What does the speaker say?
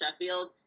Sheffield